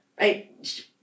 right